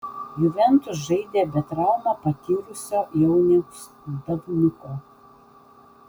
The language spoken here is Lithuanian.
juventus žaidė be traumą patyrusio jauniaus davniuko